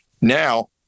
Now